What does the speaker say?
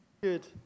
good